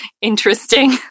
interesting